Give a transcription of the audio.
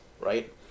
right